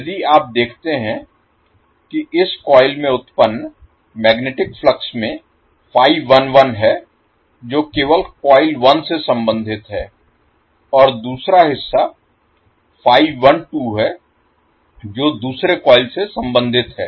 यदि आप देखते हैं कि इस कॉइल में उत्पन्न मैग्नेटिक फ्लक्स में है जो केवल कॉइल 1 से सम्बंधित है और दूसरा हिस्सा जो दूसरे कॉइल से सम्बंधित है